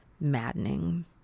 maddening